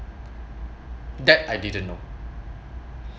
that I didn't know